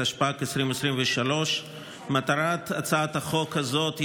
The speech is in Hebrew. התשפ"ג 2023. מטרת הצעת החוק הזאת,